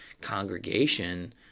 congregation